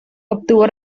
obtuvo